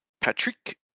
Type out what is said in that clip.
Patrick